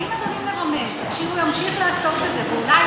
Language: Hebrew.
האם אדוני מרמז שהוא ימשיך לעסוק בזה ואולי